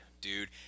Dude